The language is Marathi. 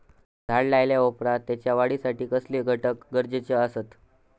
झाड लायल्या ओप्रात त्याच्या वाढीसाठी कसले घटक गरजेचे असत?